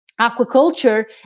aquaculture